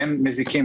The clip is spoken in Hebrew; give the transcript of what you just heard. שהם מזיקים,